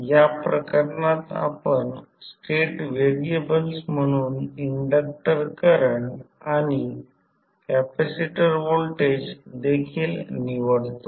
या प्रकरणात आपण स्टेट व्हेरिएबल्स म्हणून इंडक्टर करंट आणि कॅपेसिटर व्होल्टेज देखील निवडतो